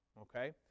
Okay